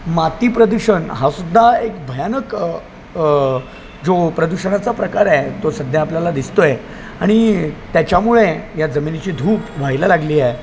माती प्रदूषण हा सुद्धा एक भयानक जो प्रदूषणाचा प्रकार आहे तो सध्या आपल्याला दिसतो आहे आणि त्याच्यामुळे या जमिनीची धूप व्हायला लागली आहे